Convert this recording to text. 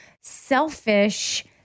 selfish